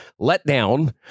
letdown